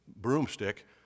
broomstick